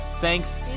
thanks